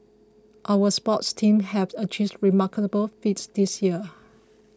our sports teams have achieved remarkable feats this year